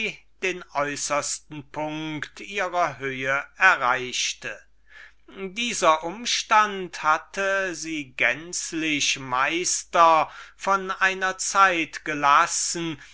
den äußersten punkt ihrer höhe erreichte dieser umstand hatte sie gänzlich meister von einer zeit gelassen